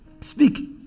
Speak